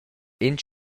ins